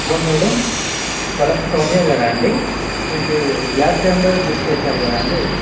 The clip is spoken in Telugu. హలో మేడం బలస్ట సౌమ్య గారా అండి మీరు మీ గ్యాస్ సిలిండర్ బుక్ చేసారు కదండీ